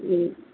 ಊಂ